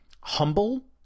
humble